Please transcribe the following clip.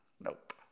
Nope